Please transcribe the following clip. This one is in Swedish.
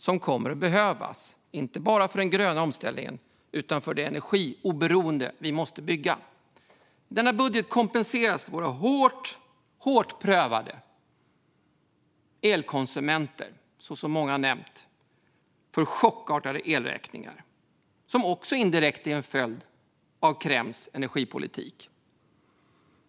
Den kommer att behövas, inte bara för den gröna omställningen utan också för det energioberoende vi måste bygga. I denna budget kompenseras våra hårt prövade elkonsumenter, så som många har nämnt, för chockartade elräkningar, vilka också indirekt är en följd av Kremls energipolitik.